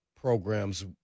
programs